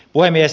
puhemies